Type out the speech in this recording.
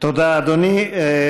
תודה, אדוני.